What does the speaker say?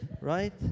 Right